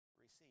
receive